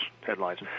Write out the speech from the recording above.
headlines